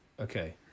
Okay